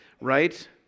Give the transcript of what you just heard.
right